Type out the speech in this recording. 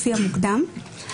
לפי המוקדם.".